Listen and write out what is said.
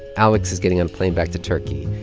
alex is getting on a plane back to turkey.